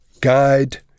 guide